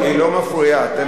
היא לא מפריעה, תן לה.